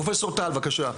פרופסור טל בבקשה.